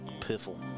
Piffle